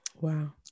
Wow